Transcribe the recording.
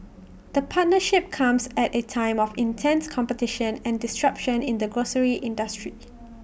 the partnership comes at A time of intense competition and disruption in the grocery industry